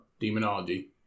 Demonology